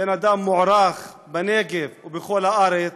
בן-אדם מוערך בנגב ובכל הארץ.